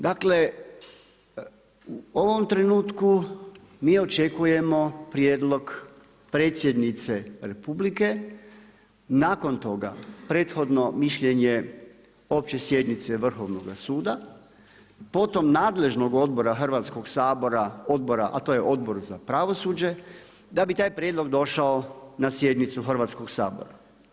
Dakle, u ovom trenutku mi očekujem prijedlog Predsjednice Republike nakon toga prethodno mišljenje opće sjednice Vrhovnoga suda, potom nadležnog odbora Hrvatskog sabora, odbora a to je Odbor za pravosuđe da bi taj prijedlog došao na sjednicu Hrvatskog sabora.